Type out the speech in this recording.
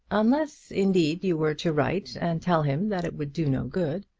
unless, indeed, you were to write and tell him that it would do no good.